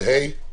זאת בעיה חוקית.